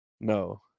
no